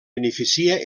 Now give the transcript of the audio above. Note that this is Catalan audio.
beneficia